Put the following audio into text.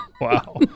Wow